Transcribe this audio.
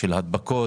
של הדבקות,